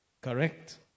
Correct